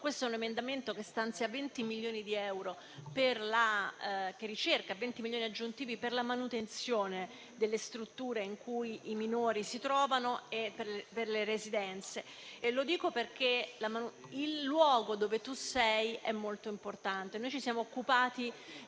questo è un emendamento che stanzia 20 milioni di euro per la ricerca e 20 milioni aggiuntivi per la manutenzione delle strutture in cui i minori si trovano e per le residenze. Lo dico perché il luogo dove ci si trova è molto importante. Ci siamo occupati